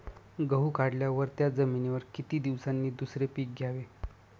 गहू काढल्यावर त्या जमिनीवर किती दिवसांनी दुसरे पीक घ्यावे?